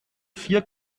vier